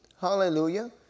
Hallelujah